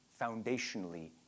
foundationally